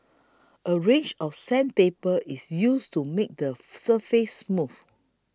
a range of sandpaper is used to make the surface smooth